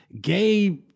gay